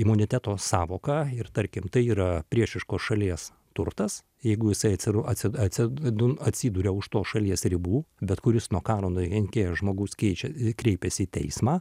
imuniteto sąvoka ir tarkim tai yra priešiškos šalies turtas jeigu jisai atsi atsi atsi atsiduria už tos šalies ribų bet kuris nuo karo nukentėjęs žmogus keičia kreipiasi į teismą